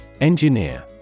Engineer